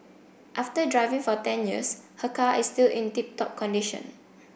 after driving for ten years her car is still in tip top condition